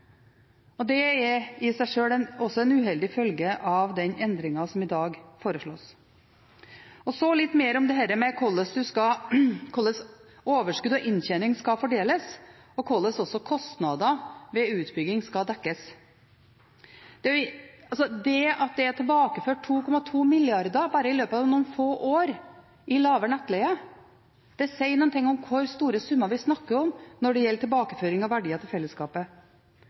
Det er i seg sjøl også en uheldig følge av den endringen som i dag foreslås. Så litt mer om dette med hvordan overskudd og inntjening skal fordeles, og hvordan kostnader ved utbygging skal dekkes. Det at det er tilbakeført 2,2 mrd. kr bare i løpet av noen få år, i lavere nettleie, sier noe om hvor store summer vi snakker om når det gjelder tilbakeføring av verdier til fellesskapet.